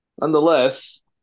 nonetheless